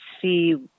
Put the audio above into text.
see